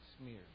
smeared